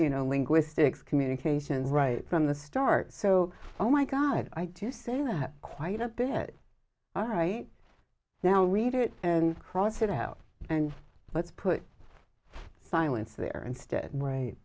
you know linguistics communication right from the start so oh my god i just say that quite a bit all right now we need it and cross it out and let's put silence there instead right